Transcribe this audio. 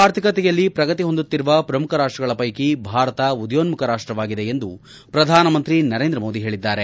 ಆರ್ಥಿಕತೆಯಲ್ಲಿ ಪ್ರಗತಿ ಹೊಂದುತ್ತಿರುವ ಪ್ರಮುಖ ರಾಷ್ಟಗಳ ಪ್ಟೆಕಿ ಭಾರತ ವಿಶ್ವ ಉದಯೋನ್ಮುಖ ರಾಷ್ಟವಾಗಿದೆ ಎಂದು ಪ್ರಧಾನಮಂತ್ರಿ ನರೇಂದ್ರ ಮೋದಿ ಹೇಳಿದ್ದಾರೆ